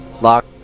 lock